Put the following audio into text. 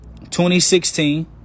2016